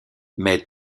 mais